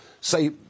Say